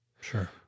Sure